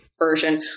version